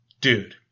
Dude